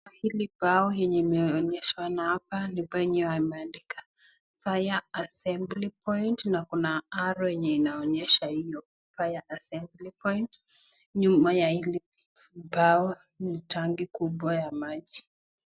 Hili bao yenye imeonyeshwa na hapa ni penye wameandika fire assembly point na kuna arrow inaonyesha hiyo fire assemly point .Nyuma ya hili bao ni tanki kubwa ya maji.